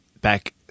back